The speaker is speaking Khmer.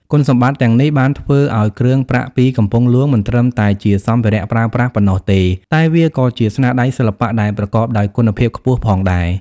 គុណសម្បត្តិទាំងនេះបានធ្វើឱ្យគ្រឿងប្រាក់ពីកំពង់ហ្លួងមិនត្រឹមតែជាសម្ភារៈប្រើប្រាស់ប៉ុណ្ណោះទេ តែវាក៏ជាស្នាដៃសិល្បៈដែលប្រកបដោយគុណភាពខ្ពស់ផងដែរ។